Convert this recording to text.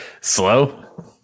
Slow